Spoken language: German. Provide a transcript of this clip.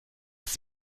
ist